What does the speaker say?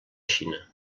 xina